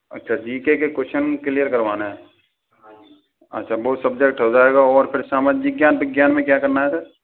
अच्छा जी के के कोशचन क्लियर करवाना है अच्छा वह सब्जेक्ट हो जाएगा और फिर सामाजिक ज्ञान विज्ञान में क्या करना है सर